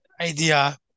idea